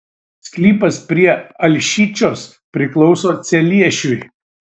sklypas prie alšyčios priklauso celiešiui